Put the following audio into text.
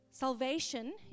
Salvation